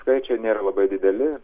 skaičiai nėra labai dideli